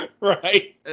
Right